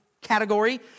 category